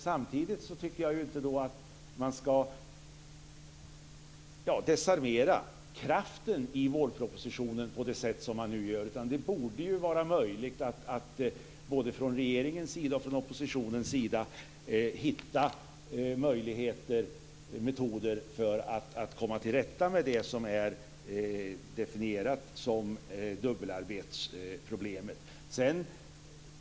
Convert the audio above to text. Samtidigt tycker jag inte att man ska desarmera kraften i vårpropositionen på det sätt som man nu gör. Det borde vara möjligt att både från regeringens sida och från oppositionens sida hitta möjligheter och metoder för att komma till rätta med det som är definierat som problemet med dubbelarbete.